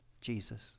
Jesus